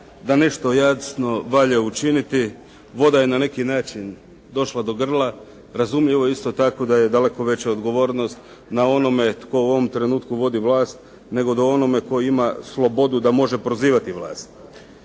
da nešto jasno valja učiniti. Voda je na neki način došla do grla. Razumljivo je isto tako da je daleko veća odgovornost na onome tko u ovom trenutku vodi vlast nego na onome koji ima slobodu da može prozivati vlast.